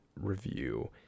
review